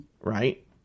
right